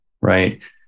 right